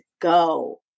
go